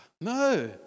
no